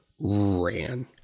ran